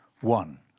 one